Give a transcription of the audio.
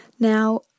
Now